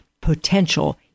potential